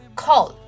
call